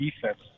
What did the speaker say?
defense